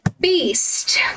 beast